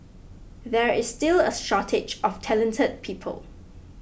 there is still a shortage of talented people